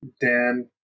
Dan